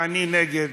ואני נגד,